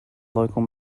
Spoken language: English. local